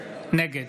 נגד